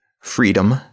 freedom